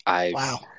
Wow